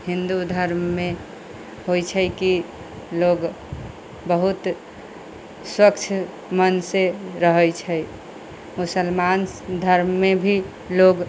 हिंदू धर्म मे होइ छै की लोग बहुत स्वच्छ मन से रहै छै मुसलमान धर्म मे भी लोग